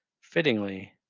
Fittingly